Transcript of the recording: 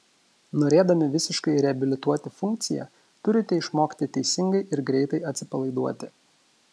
norėdami visiškai reabilituoti funkciją turite išmokti teisingai ir greitai atsipalaiduoti